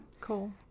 Cool